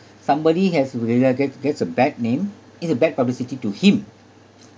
somebody has really get gets a bad name it's a bad publicity to him